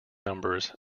numbers